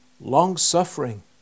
long-suffering